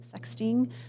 sexting